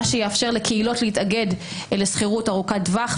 מה שיאפשר לקהילות להתאגד לשכירות ארוכת טווח,